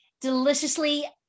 deliciously